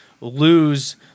lose